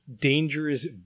dangerous